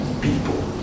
people